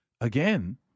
again